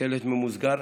שלט ממוסגר: